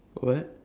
what